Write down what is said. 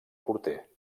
porter